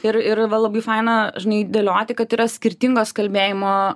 ir ir va labai faina žinai dėlioti kad yra skirtingos kalbėjimo